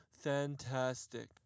fantastic